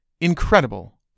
incredible